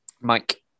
Mike